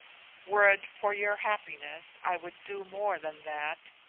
were it for your happiness i would do more than that,